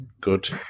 good